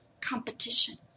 competition